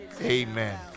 Amen